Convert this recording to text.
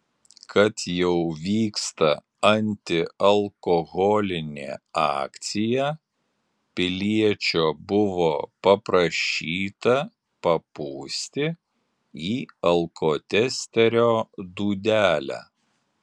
kad jau vyksta antialkoholinė akcija piliečio buvo paprašyta papūsti į alkotesterio dūdelę